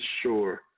sure